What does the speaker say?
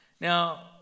Now